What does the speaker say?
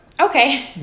Okay